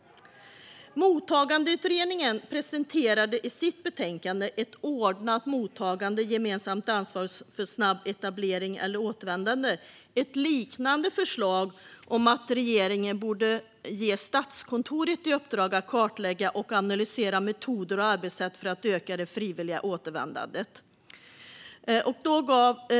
Mottagandeutredningen presenterade i sitt betänkande Ett ordnat mottagande - gemensamt ansvar för snabb etablering eller återvändande ett liknande förslag om att regeringen borde ge Statskontoret i uppdrag att kartlägga och analysera metoder och arbetssätt för att öka det frivilliga återvändandet.